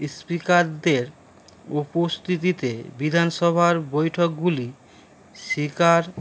স্পিকারদের উপস্থিতিতে বিধানসভার বৈঠকগুলি স্পিকার